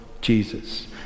Jesus